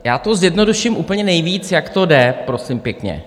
Já to zjednoduším úplně nejvíc, jak to jde, prosím pěkně.